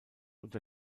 unter